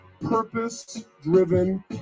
purpose-driven